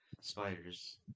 spiders